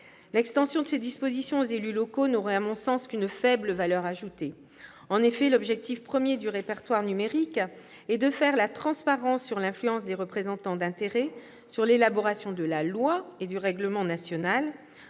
L'extension de ces dispositions aux élus locaux n'aurait, à mon sens, qu'une faible valeur ajoutée. En effet, l'objectif premier du répertoire numérique est de faire la transparence sur l'influence des représentants d'intérêts relativement à l'élaboration de la loi et du règlement national-les